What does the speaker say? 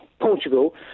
Portugal